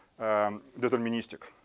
deterministic